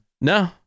No